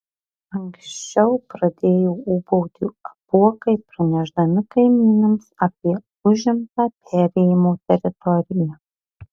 anksčiau pradėjo ūbauti apuokai pranešdami kaimynams apie užimtą perėjimo teritoriją